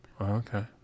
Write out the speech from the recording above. Okay